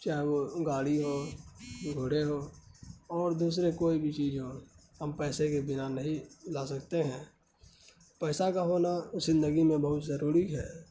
چاہے وہ گاڑی ہو گھوڑے ہو اور دوسرے کوئی بھی چیز ہو ہم پیسے کے بنا نہیں لا سکتے ہیں پیسہ کا ہونا زندگی میں بہت ضروری ہے